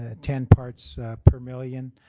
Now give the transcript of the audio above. ah ten parts per million